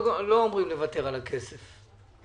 אומרים לוותר על הכסף.